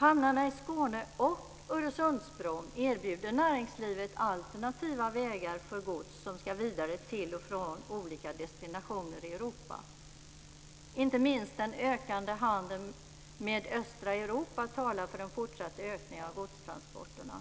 Hamnarna i Skåne och Öresundsbron erbjuder näringslivet alternativa vägar för gods som ska vidare till och från olika destinationer i Europa. Inte minst den ökande handeln med östra Europa talar för en fortsatt ökning av godstransporterna.